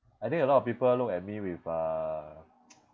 I think a lot of people look at me with uh